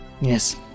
Yes